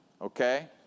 Okay